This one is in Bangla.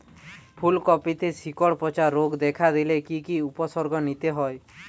ফুলকপিতে শিকড় পচা রোগ দেখা দিলে কি কি উপসর্গ নিতে হয়?